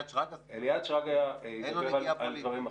אליעד שרגא ידבר על דברים אחרים.